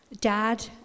dad